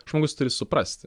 žmogus turi suprasti